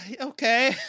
okay